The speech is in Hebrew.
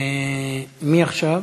מי עכשיו?